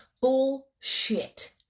bullshit